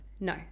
No